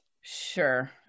Sure